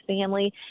family